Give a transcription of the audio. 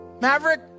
Maverick